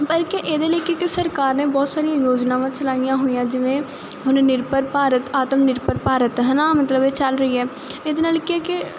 ਪਰ ਕਿ ਇਹਦੇ ਲਈ ਕਿਉਂਕਿ ਸਰਕਾਰ ਨੇ ਬਹੁਤ ਸਾਰੀਆਂ ਯੋਜਨਾਵਾਂ ਚਲਾਈਆਂ ਹੋਈਆਂ ਜਿਵੇਂ ਹੁਣ ਨਿਰਭਰ ਭਾਰਤ ਆਤਮ ਨਿਰਭਰ ਭਾਰਤ ਹੈਨਾ ਮਤਲਬ ਚੱਲ ਰਹੀ ਹੈ ਇਹਦੇ ਨਾਲ ਕਿਹਾ ਕਿ